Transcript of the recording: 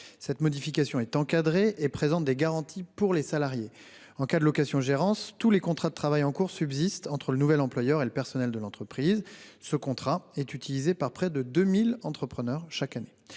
Cette modification est encadrée et présente des garanties pour les salariés. En cas de location-gérance, tous les contrats de travail en cours subsistent entre le nouvel employeur et le personnel de l'entreprise. Ce contrat est utilisé par près de 2 000 entrepreneurs chaque année.